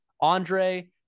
Andre